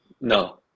No